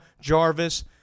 Jarvis